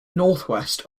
northwest